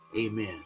Amen